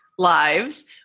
lives